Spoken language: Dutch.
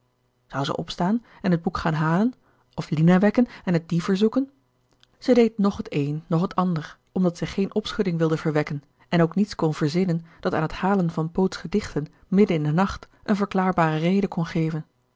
zou zij opstaan en het boek gaan halen of lina wekken en het die verzoeken zij deed noch het een noch het ander omdat zij geen opschudding wilde verwekken en ook niets kon verzinnen dat aan het halen van poots gedichten midden in den nacht een verklaarbare reden kon geven